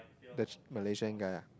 that's Malaysian guy ah